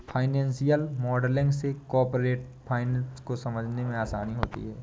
financial modelling से corporate finance को समझने में आसानी होती है